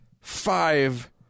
five